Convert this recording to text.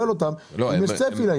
לכן אני שואל אותם אם יש צפי לעניין.